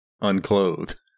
unclothed